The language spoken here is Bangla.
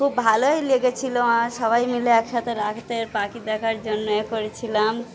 খুব ভালোই লেগেছিল আমার সবাই মিলে একসাথে রাত্রিতে পাখি দেখার জন্য এ করেছিলাম